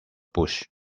bush